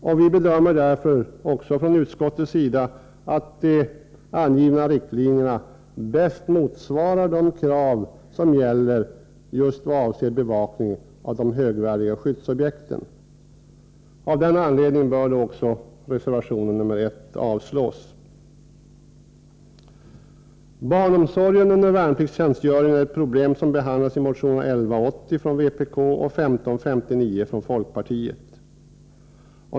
Utskottet bedömer därför att de angivna riktlinjerna bäst motsvarar kraven på bevakning av de högvärdiga skyddsobjekten. Av den anledningen bör också reservation 1 avslås. Barnomsorgen under värnpliktstjänstgöring är ett problem som behandlas i motionerna 1180 från vpk och 1559 från folkpartiet.